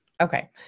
Okay